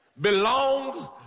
belongs